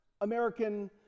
American